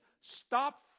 stop